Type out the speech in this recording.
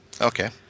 Okay